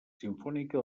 simfònica